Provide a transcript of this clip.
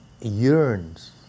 yearns